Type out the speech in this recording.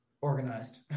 organized